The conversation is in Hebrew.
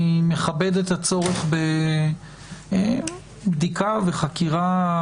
אני מכבד את הצורך בבדיקה וחקירה